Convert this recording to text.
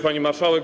Pani Marszałek!